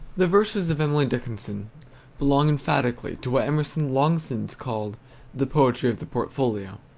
the verses of emily dickinson belong emphatically to what emerson long since called the poetry of the portfolio,